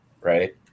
right